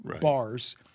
bars